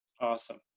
Awesome